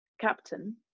captain